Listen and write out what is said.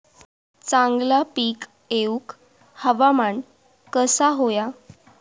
चांगला पीक येऊक हवामान कसा होया?